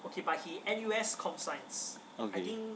okay